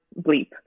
bleep